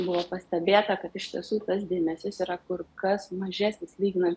buvo pastebėta kad iš tiesų tas dėmesys yra kur kas mažesnis lyginant